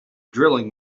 drilling